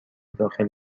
داخل